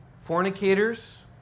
Fornicators